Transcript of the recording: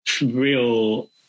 real